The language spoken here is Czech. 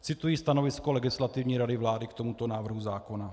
Cituji stanovisko Legislativní rady vlády k tomuto návrhu zákona.